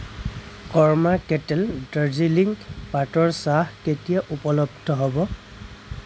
কৰ্মা Kettle Darjeeling পাতৰ চাহ কেতিয়া উপলব্ধ হ'ব